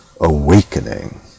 awakening